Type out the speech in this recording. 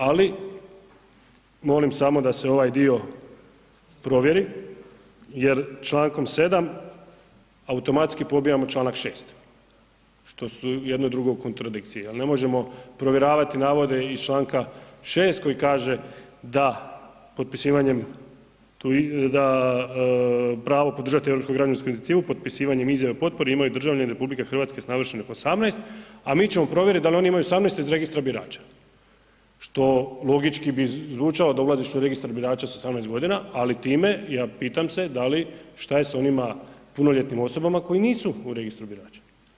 Ali molim samo da se ovaj dio provjeri jer čl. 7. automatski pobijamo čl. 6. što su jedno i drugo u kontradikciji jer ne možemo provjeravati navode iz čl. 6. koji kaže da potpisivanjem da pravo podržati europsku građansku inicijativu potpisivanjem izjave potpori imaju državljani RH s navršenih 18. a mi ćemo provjeriti da li oni imaju 18. iz Registra birača što logički bi zvučalo da ulaziš u Registar birača sa 18. g. ali time ja pitam se da li, šta je sa onima punoljetnim osobama koje nisu u Registru birača?